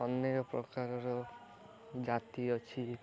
ଅନେକ ପ୍ରକାରର ଜାତି ଅଛି